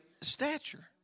stature